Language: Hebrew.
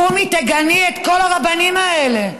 קומי תגני את כל הרבנים האלה.